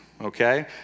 okay